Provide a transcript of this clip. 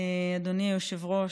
אדוני היושב-ראש.